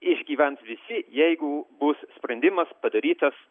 išgyvens visi jeigu bus sprendimas padarytas